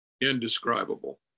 indescribable